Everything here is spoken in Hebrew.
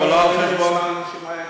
אבל לא על חשבון האנשים האלה.